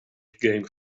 game